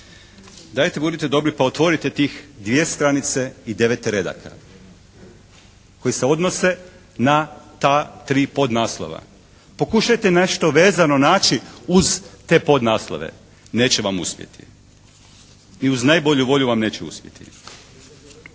Dajte budite dobri pa otvorite tih dvije stranice i devet redaka koji se odnose na ta tri podnaslova. Pokušajte nešto vezano naći uz te podnaslove. Neće vam uspjeti. I uz najbolju volju vam neće uspjeti.